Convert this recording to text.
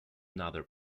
another